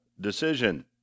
decision